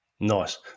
Nice